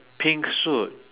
pink suit